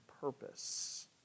purpose